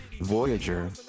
Voyager